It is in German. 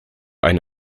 eine